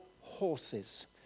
horses